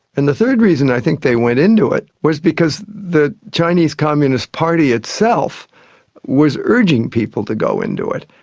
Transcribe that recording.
and the third reason i think they went into it was because the chinese communist party itself was urging people to go into it.